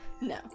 No